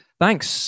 thanks